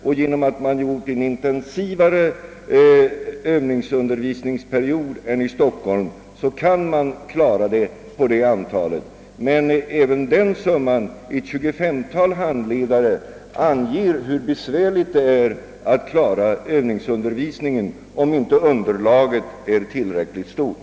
Eftersom man planerar en intensivare Öövningsundervisningsperiod i Örebro än i Stockholm, är det möjligt att klara utbildningen med hjälp av de handledare som finns att tillgå. Men redan det antalet — 25 handledare — visar hur besvärligt det är att klara övningsundervisningen, om underlaget inte är tillräckligt stort.